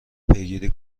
پیگیری